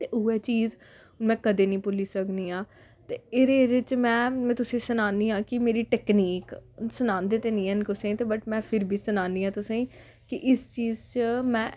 ते उ'ऐ चीज हून में कदें निी भुल्ली सकनी आं ते एह्दे एह्दे च में में तुसेंगी सनान्नी आं कि मेरी टैकनीक सनांदे ते निं हैन कुसै गी ते बट में फिर बी सनानी आं तुसें कि इस चीज़ च में